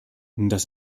das